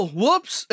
whoops